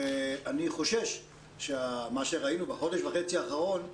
אני חושש שמה שראינו בחודש וחצי האחרון,